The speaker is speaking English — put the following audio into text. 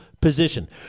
position